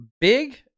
big